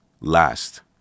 last